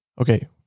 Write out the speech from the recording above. Okay